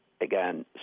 again